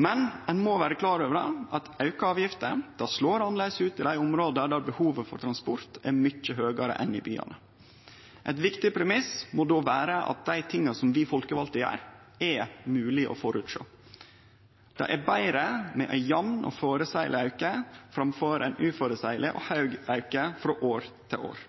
Men ein må vere klar over at auka avgifter slår annleis ut i dei områda der behovet for transport er mykje større enn i byane. Ein viktig premiss må då vere at dei tinga som vi folkevalde gjer, er mogleg å føresjå. Det er betre med ein jamn og føreseieleg auke framfor ein uføreseieleg og høg auke frå år til år.